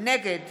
נגד